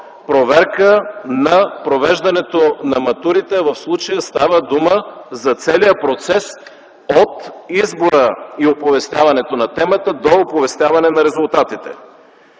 проверка на провеждането на матурите. В случая става дума за целия процес – от избора и оповестяването на темата до оповестяване на резултатите.